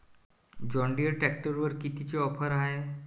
John Deere ट्रॅक्टरवर कितीची offer हाये?